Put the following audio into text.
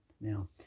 Now